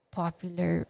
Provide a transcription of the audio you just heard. popular